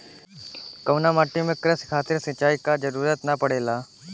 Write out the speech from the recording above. कउना माटी में क़ृषि खातिर सिंचाई क जरूरत ना पड़ेला?